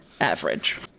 average